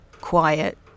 quiet